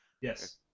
Yes